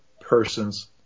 person's